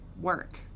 work